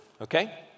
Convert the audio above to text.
okay